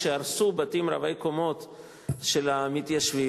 שהרסו בתים רבי-קומות של מתיישבים,